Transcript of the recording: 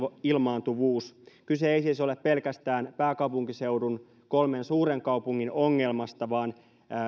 ilmaantuvuus kyse ei siis ole pelkästään pääkaupunkiseudun kolmen suuren kaupungin ongelmasta vaan